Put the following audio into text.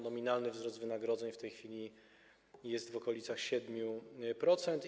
Nominalny wzrost wynagrodzeń w tej chwili jest w okolicach 7%.